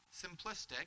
simplistic